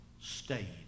stayed